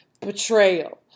betrayal